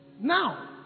Now